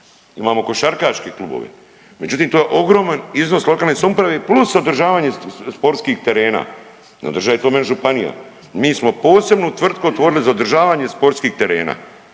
Imamo košarkaški klubovi, međutim to je ogroman iznos lokalne samouprave plus održavanje sportskih terena. Ne održaje to meni županija, mi smo posebnu tvrtku otvorili za održavanje sportskih terena